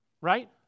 Right